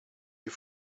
you